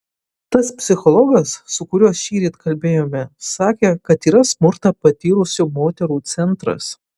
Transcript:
tas psichologas su kuriuo šįryt kalbėjome sakė kad yra smurtą patyrusių moterų centras